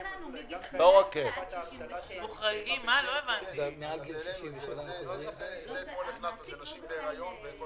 ההגדרות שלנו הן מגיל 18 עד 67. דבר נוסף: אתמול דיברנו אבל לא